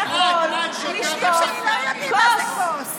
הילדים שלי לא יודעים מה זה כוס